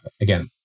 again